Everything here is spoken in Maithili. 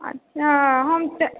अच्छा हम तऽ